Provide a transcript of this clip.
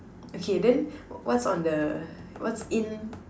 okay then what's on the what's in